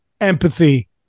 empathy